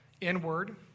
inward